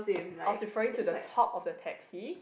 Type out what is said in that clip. I was referring to the top of the taxi